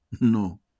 No